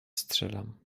strzelam